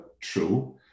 true